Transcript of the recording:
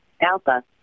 Alpha